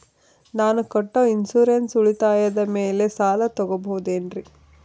ನಾನು ಕಟ್ಟೊ ಇನ್ಸೂರೆನ್ಸ್ ಉಳಿತಾಯದ ಮೇಲೆ ಸಾಲ ತಗೋಬಹುದೇನ್ರಿ?